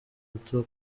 atanu